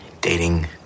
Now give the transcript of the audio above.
dating